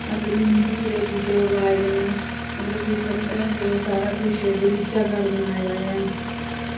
असें निम्बू दे बूह्टे उगाए न मतलब की संतरें सारा कुछ बगीचा घर बनाए दा ऐ